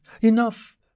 Enough